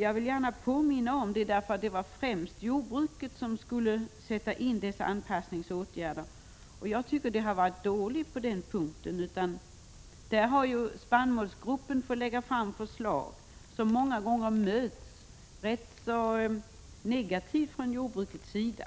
Jag påminner om detta därför att det var främst jordbruket som skulle sätta in anpassningsåtgärderna, och jag tycker att det har varit en dålig utveckling på den punkten. Spannmålsgruppen har fått lägga fram förslag som många gånger möts rätt negativt från jordbrukets sida.